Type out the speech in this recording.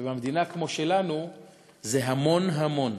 ובמדינה כמו שלנו זה המון המון.